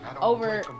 over